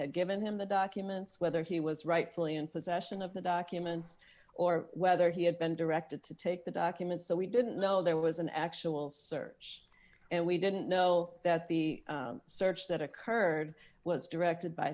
had given him the documents whether he was rightfully in possession of the documents or whether he had been directed to take the documents so we didn't know there was an actual search and we didn't know that the search that occurred was directed by